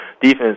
Defense